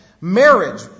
Marriage